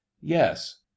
yes